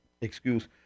excuse